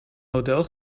model